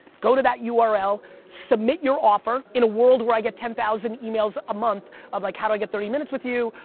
go to that ah url. submit your offer. in a world where i get ten thousand emails a month of like, how do i get thirty minutes with you?